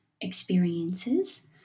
experiences